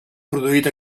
produït